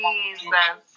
Jesus